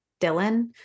dylan